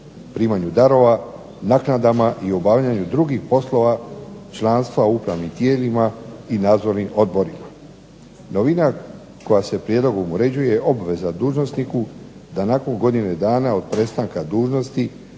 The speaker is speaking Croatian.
primanju darova, naknadama i obavljanju drugih poslova članstva upravnim tijelima i nadzornim odborima. Novina koja se prijedlogom uređuje je obveza dužnosniku da nakon godine dana od prestanka dužnosti